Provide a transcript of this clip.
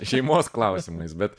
šeimos klausimais bet